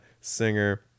singer